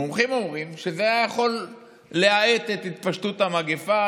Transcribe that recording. המומחים אומרים שזה היה יכול להאט את התפשטות המגפה.